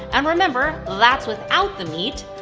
and remember, that's without the meat!